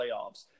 playoffs